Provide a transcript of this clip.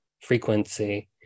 frequency